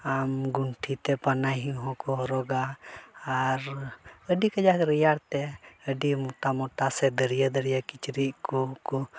ᱟᱢ ᱜᱩᱱᱴᱷᱤ ᱛᱮ ᱯᱟᱱᱟᱦᱤ ᱦᱚᱸᱠᱚ ᱦᱚᱨᱚᱜᱟ ᱟᱨ ᱟᱹᱰᱤ ᱠᱟᱡᱟᱠ ᱨᱮᱭᱟᱲ ᱛᱮ ᱟᱹᱰᱤ ᱢᱳᱴᱟ ᱢᱳᱴᱟ ᱥᱮ ᱫᱟᱹᱨᱭᱟᱹ ᱫᱟᱹᱨᱭᱟᱹ ᱠᱤᱪᱨᱤᱡ ᱠᱚᱦᱚᱸ ᱠᱚ